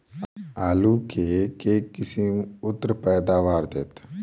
आलु केँ के किसिम उन्नत पैदावार देत?